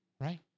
right